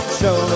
show